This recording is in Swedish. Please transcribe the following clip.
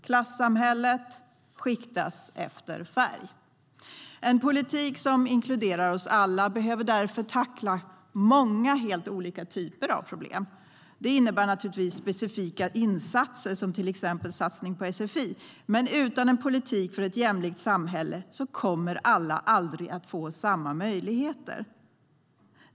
Klassamhället skiktas efter färg. En politik som inkluderar oss alla behöver därför tackla många helt olika typer av problem. Det innebär givetvis specifika insatser, som satsningar på sfi. Men utan politik för ett jämlikt samhälle kommer alla aldrig att få samma möjligheter.